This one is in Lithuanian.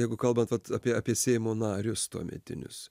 jeigu kalbant vat apie apie seimo narius tuometinius